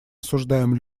осуждаем